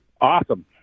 Awesome